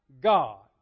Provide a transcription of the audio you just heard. God